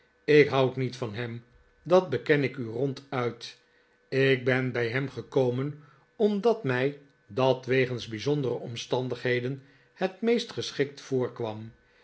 ik houd niet van hem dat beken ik u ronduit ik ben bij hem gekomen omdat mij dat wegens bijzondere omstandigheden het meest geschikt voorkwam